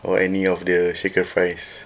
or any of the shaker fries